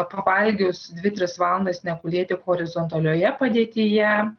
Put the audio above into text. pavalgius dvi tris valandas negulėti horizontalioje padėtyje